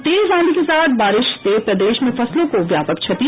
और तेज आंधी के साथ बारिश से प्रदेश में फसलों को व्यापक क्षति